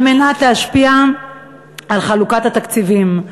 כדי להשפיע על חלוקת התקציבים.